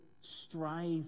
strive